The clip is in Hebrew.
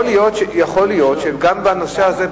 יכול להיות שבנושא הזה,